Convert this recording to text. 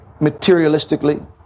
materialistically